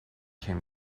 came